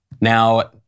Now